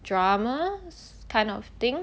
dramas kind of thing